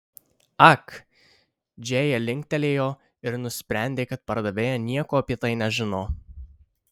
ak džėja linktelėjo ir nusprendė kad pardavėja nieko apie tai nežino